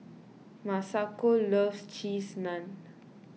Masako loves Cheese Naan